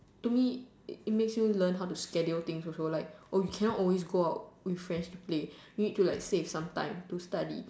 to me it it makes you learn how to schedule things also like oh you cannot always go out with friends to play you need to like save some time to study